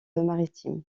maritime